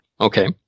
Okay